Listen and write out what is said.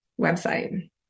website